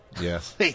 Yes